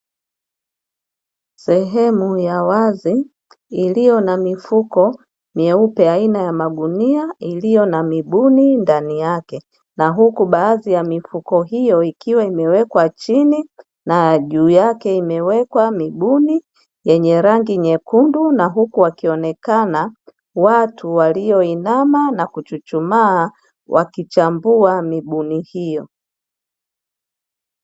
Sehemu ya wazi, iliyo na mifuko meupe aina ya magunia iliyo na mibuni ndani yake na huku baadhi ya mifuko hiyo ikiwa imewekwa chini, na juu yake kikiwa na mibuni yenye rangi nyekundu na huku wakionekana watu walioinama na kuchuchumaa, wakichambua mibuni hiyo.